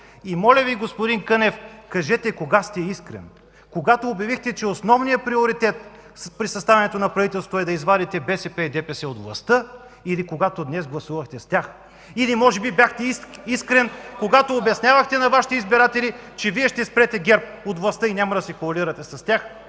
Моля Ви, господин Кънев, кажете кога сте искрен – когато обявихте, че основният приоритет при съставянето на правителството е да извадите БСП и ДПС от властта, или когато днес гласувахте с тях? Или може би бяхте искрен, когато обяснявахте на Вашите избиратели, че Вие ще спрете ГЕРБ от властта и няма да се коалирате с тях,